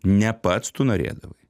ne pats tu norėdavai